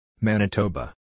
Manitoba